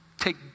Take